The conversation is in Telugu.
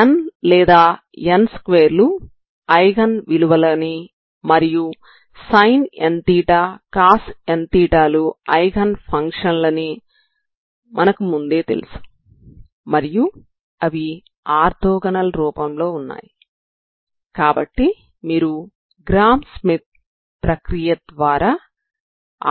n లేదా n2 లు ఐగెన్ విలువలని మరియు sin nθ cos nθ లు ఐగెన్ పంక్షన్లని మనకు ముందే తెలుసు మరియు అవి ఆర్థోగొనల్ రూపంలో ఉన్నాయి కాబట్టి మీరు గ్రామ్ ష్మిత్ ప్రక్రియ ద్వారా